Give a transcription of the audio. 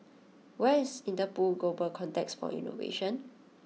where is Interpol Global Complex for Innovation